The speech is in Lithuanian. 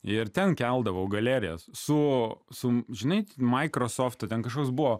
ir ten keldavau galerijas su su žinai maikrosofto ten kažkoks buvo